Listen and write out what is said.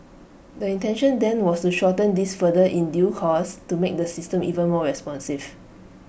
the intention then was A shorten this further in due course to make the system even more responsive